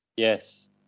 Yes